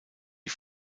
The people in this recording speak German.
die